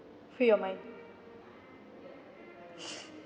free your mind